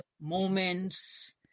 moments